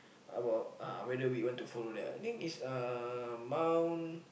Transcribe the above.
about ah whether we want to follow them I think it's uh Mount